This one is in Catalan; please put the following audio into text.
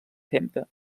femta